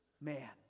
man